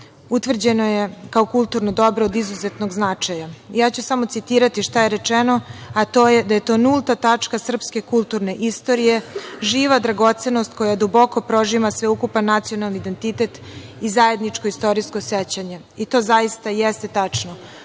utvrđeno je kao kulturno dobro od izuzetnog značaja. Samo ću citirati šta je rečeno, a to je da je to nulta tačka srpske kulturne istorije i živa dragocenost koja duboko prožima sveukupan nacionalni identitet i zajedničko istorijsko sećanje i to zaista jeste tačno. List